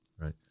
Right